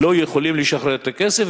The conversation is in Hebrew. ולא יכולים לשחרר את הכסף,